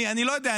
אני לא יודע,